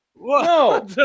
No